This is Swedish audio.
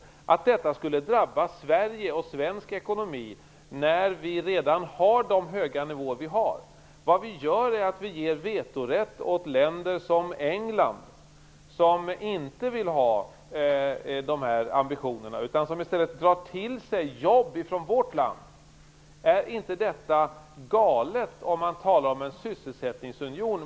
Skulle detta drabba Sverige och svensk ekonomi, när vi redan har de höga nivåer som vi har! Vad vi gör är att vi ger vetorätt åt sådana länder som England som inte har dessa ambitioner utan som i stället vill dra till sig jobb från vårt land. Är inte detta galet om man talar om en sysselsättningsunion?